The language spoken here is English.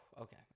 Okay